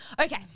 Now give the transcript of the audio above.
Okay